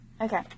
okay